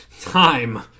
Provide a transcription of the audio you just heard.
Time